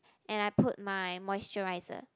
and I put my moisturiser